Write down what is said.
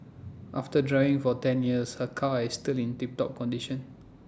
after driving for ten years her car is still in tip top condition